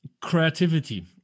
creativity